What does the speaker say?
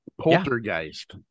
Poltergeist